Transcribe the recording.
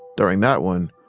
during that one,